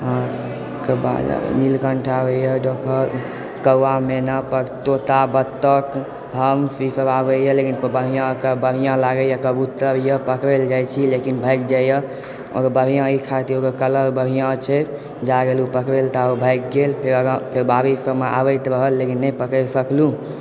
अहाँकऽ नीलकण्ठ आबैए डकहर कौआ मैना तोता बत्तख हंस ईसभ आबैए लेकिन बढ़िआँ लागैए कबुतरए पकड़ै लऽ जाइ छी लेकिन भागि जाइए बढ़िआँ एहि ख़ातिर ओकर कलर बढ़िआँ छै जा गेलहुँ पकड़य लऽ ताबेमे भागि गेल फेर बाड़ी सभमे आबैत रहल लेकिन नहि पकड़ि सकलहुँ